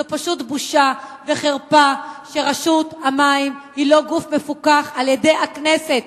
זו פשוט בושה וחרפה שרשות המים היא לא גוף מפוקח על-ידי הכנסת.